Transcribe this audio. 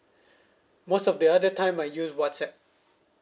most of the other time I use whatsapp